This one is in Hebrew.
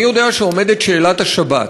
אני יודע שעומדת שאלת השבת,